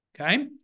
Okay